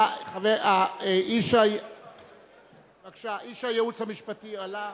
איש הייעוץ המשפטי, בבקשה,